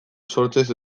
sortzez